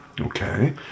Okay